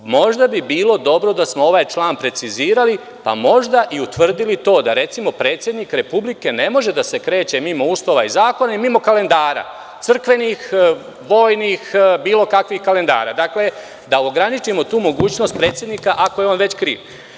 Možda bi bilo dobro da smo ovaj član precizirali, a možda i utvrdili to da, recimo, predsednik Republike ne može da se kreće mimo uslova i zakona i mimo kalendara, crkvenih, vojnih, bilo kakvih kalendara, da ograničimo tu mogućnost predsednika, ako je on već kriv.